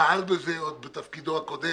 שפעל בזה עוד בתפקידו הקודם